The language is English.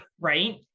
Right